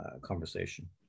conversation